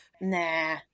Nah